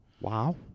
Wow